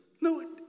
No